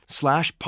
slash